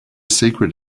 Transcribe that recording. secret